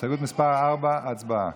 הסתייגות מס' 4, הצבעה.